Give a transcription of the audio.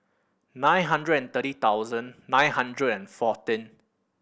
nine hundred and thirty thousand nine hundred and fourteen